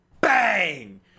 bang